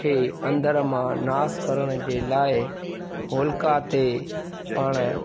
खे अंदरि मां नासु करण जे लाइ होलिका ते पाण